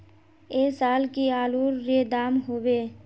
ऐ साल की आलूर र दाम होबे?